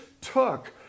took